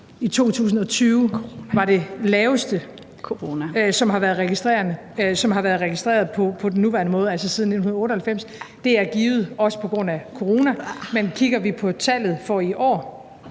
(NB): Corona) som har været registreret på den nuværende måde, altså siden 1998. Det er givet også på grund af corona, men kigger vi på tallet for i år,